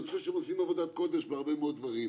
אני חושב שהם עושים עבודת קודש בהרבה מאוד דברים.